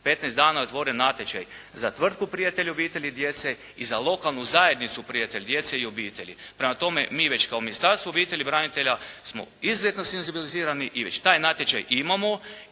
dana je otvoren natječaj za tvrtku "Prijatelji obitelji djece" i za lokalnu zajednicu "Prijatelj djece i obitelji". Prema tome, mi već kao Ministarstvo obitelji i branitelja smo izuzetno senzibilizirani i već taj natječaj imamo